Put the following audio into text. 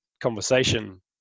conversation